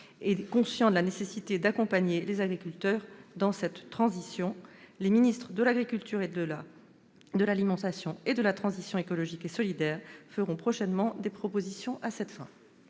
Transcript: et conscient de la nécessité d'accompagner les agriculteurs dans cette transition. Les ministres de l'agriculture et de l'alimentation et de la transition écologique et solidaire feront prochainement des propositions à cette fin.